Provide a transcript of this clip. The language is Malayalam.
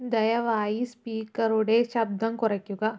ദയവായി സ്പീക്കറുടെ ശബ്ദം കുറയ്ക്കുക